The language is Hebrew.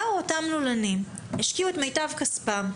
אותם לולנים השקיעו את מיטב כספם,